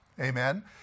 Amen